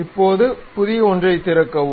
இப்போது புதிய ஒன்றைத் திறக்கவும்